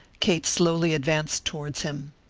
kate slowly advanced towards him.